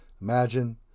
Imagine